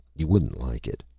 you wouldn't like it!